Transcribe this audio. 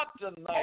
tonight